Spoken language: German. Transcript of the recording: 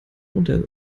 modell